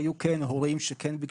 והיו הורים שכן ביקשו.